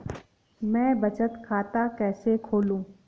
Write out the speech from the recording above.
मैं बचत खाता कैसे खोलूँ?